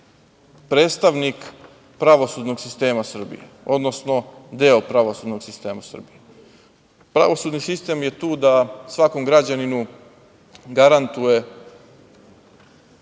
predstavnik pravosudnog sistema Srbije, odnosno deo pravosudnog sistema Srbije. Pravosudni sistem je tu da svakom građaninu garantuje